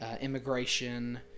Immigration